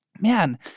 man